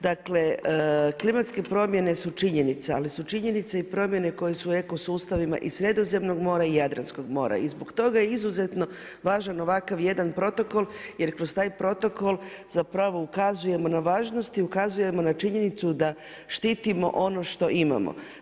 Dakle klimatske promjene su činjenica, ali su činjenice i promjene koje su u eko sustavima i Sredozemnog mora i Jadranskog mora i zbog toga je izuzetno važan ovakav jedan protokol jer kroz taj protokol ukazujemo na važnosti, ukazujemo na činjenicu da štitimo ono što imamo.